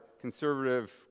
conservative